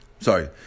Sorry